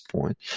point